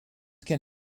can